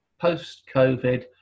post-COVID